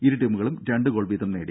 ഇരു ടീമുകളും രണ്ടുഗോൾ വീതം നേടി